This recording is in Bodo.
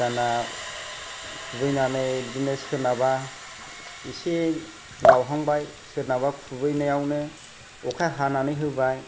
दाना खुबैनानै बिदिनो सोरनाबा इसे लावहांबाय सोरनाबा खुबैनायावनो अखा हानानै होबाय